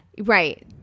right